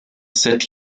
cette